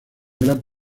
gran